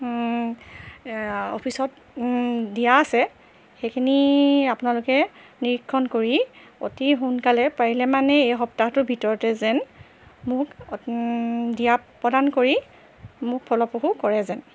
অফিচত দিয়া আছে সেইখিনি আপোনালোকে নিৰীক্ষণ কৰি অতি সোনকালে পাৰিলে মানে এই সপ্তাহটোৰ ভিতৰতে যেন মোক দিয়া প্ৰদান কৰি মোক ফলপ্ৰসূ কৰে যেন